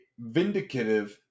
vindicative